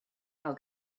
how